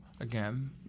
Again